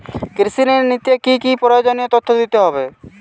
কৃষি ঋণ নিতে কি কি প্রয়োজনীয় তথ্য দিতে হবে?